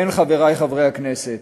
כן, חברי חברי הכנסת,